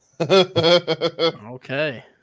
Okay